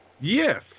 Yes